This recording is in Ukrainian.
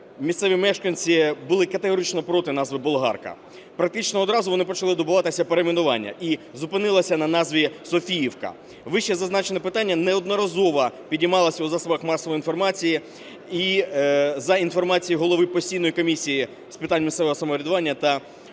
місцеві мешканці були категорично проти назви "Болгарка". Практично одразу вони почали добиватися перейменування і зупинилися на назві "Софіївка". Вищезазначене питання неодноразово піднімалося у засобах масової інформації. І за інформацією голови постійної комісії з питань місцевого самоврядування та